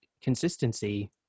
consistency